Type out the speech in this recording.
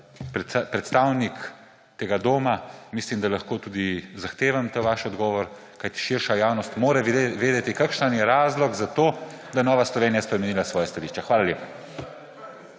predstavnik tega doma, mislim, da lahko tudi zahtevam ta vaš odgovor, kajti širša javnost mora vedeti, kakšen je razlog za to, da je Nova Slovenija spremenila svoja stališča. Hvala lepa.